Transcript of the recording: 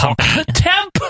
Temp